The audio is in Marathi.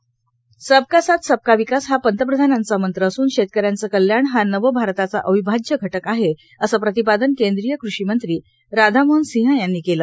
सबका साथ सबका विकास हा पंतप्रधानांचा मंत्र असून शेतकऱ्यांचे कल्याण हा नव भारताचा अविभाज्य घटक आहे असे प्रतिपादन केंद्रीय कृषीमंत्री राधा मोहन सिंह यांनी केले